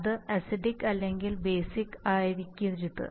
ഇത് അസിഡിക് അല്ലെങ്കിൽ ബേസിക് ആയിരിക്കരുത്